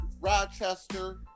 Rochester